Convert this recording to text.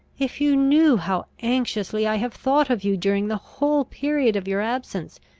if you knew how anxiously i have thought of you during the whole period of your absence,